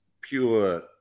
pure